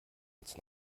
jetzt